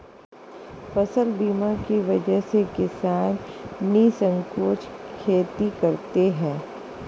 फसल बीमा की वजह से किसान निःसंकोच खेती करते हैं